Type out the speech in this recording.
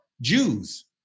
Jews